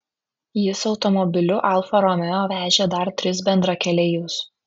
jis automobiliu alfa romeo vežė dar tris bendrakeleivius